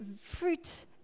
fruit